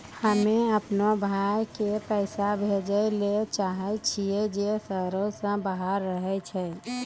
हम्मे अपनो भाय के पैसा भेजै ले चाहै छियै जे शहरो से बाहर रहै छै